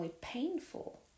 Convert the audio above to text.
painful